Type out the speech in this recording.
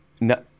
No